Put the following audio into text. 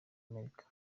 amerika